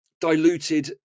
diluted